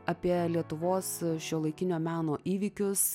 apie lietuvos šiuolaikinio meno įvykius